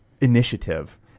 initiative